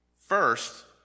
First